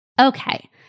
Okay